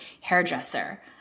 hairdresser